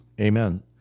amen